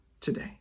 today